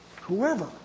whoever